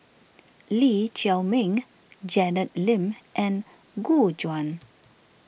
Lee Chiaw Meng Janet Lim and Gu Juan